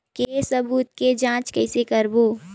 के सबूत के जांच कइसे करबो?